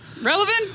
relevant